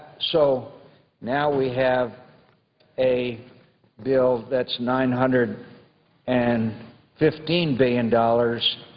so now we have a bill that's nine hundred and fifteen billion dollars,